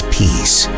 peace